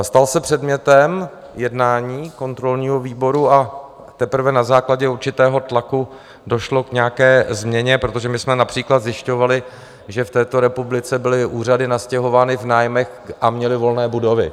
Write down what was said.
Stal se předmětem jednání kontrolního výboru a teprve na základě určitého tlaku došlo k nějaké změně, protože my jsme například zjišťovali, že v této republice byly úřady nastěhovány v nájmech a měly volné budovy.